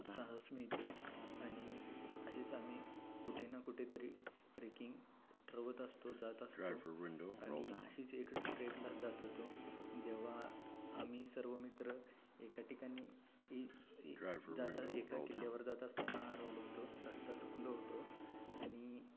साहस मिळते आणि अशीच आम्ही कुठे ना कुठे तरी ट्रेकिंग ठरवत असतो जात असतो आणि अशीच एक ट्रेकलाच जात होतो जेव्हा आम्ही सर्व मित्र एका ठिकाणी इ इ जाता एका किल्ल्यावर जात असताना हरवलो होतो रस्ता चुकलो होतो आणि